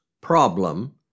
problem